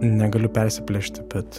negaliu persiplėšti bet